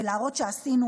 בלהראות שעשינו,